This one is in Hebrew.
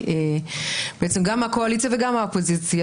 גם מהקואליציה וגם האופוזיציה,